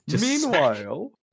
Meanwhile